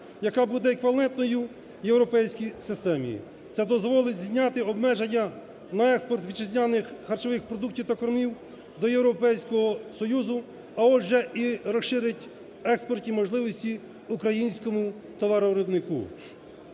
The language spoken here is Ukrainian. яка буде еквівалентною європейській системі. Це дозволить зняти обмеження на експорт вітчизняних харчових продуктів та кормів до Європейського Союзу, а отже, і розширить експортні можливості українському товаровиробнику.